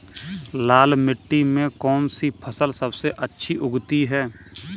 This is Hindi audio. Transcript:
लाल मिट्टी में कौन सी फसल सबसे अच्छी उगती है?